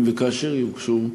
אם וכאשר יוגשו,